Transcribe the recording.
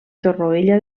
torroella